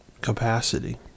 capacity